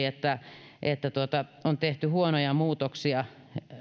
että että on tehty huonoja muutoksia